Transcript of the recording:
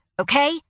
okay